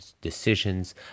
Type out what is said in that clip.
decisions